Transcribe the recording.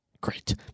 great